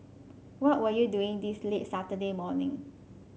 what were you doing this late Saturday morning